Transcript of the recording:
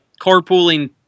carpooling